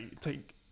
take